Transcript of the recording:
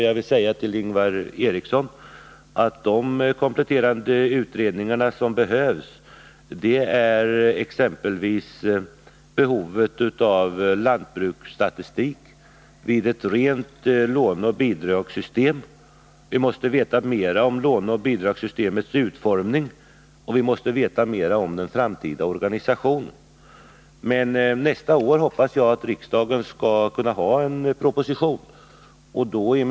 Jag vill till Ingvar Eriksson säga att det exempelvis behövs en kompletterande utredning om behovet av lantbruksstatistik vid ett rent låneoch bidragssystem. Vi måste veta mer om låneoch bidragssystemets utformning och om den framtida organisationen. Men jag hoppas att riksdagen nästa år skall ha en proposition att ta ställning till.